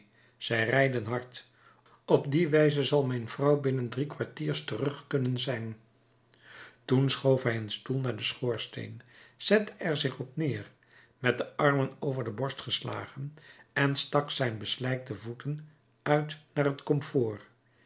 zij rijden hard op die wijze zal mijn vrouw binnen drie kwartiers terug kunnen zijn toen schoof hij een stoel naar den schoorsteen zette er zich op neer met de armen over de borst geslagen en stak zijn beslijkte voeten uit naar het komfoor